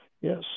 Yes